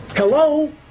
hello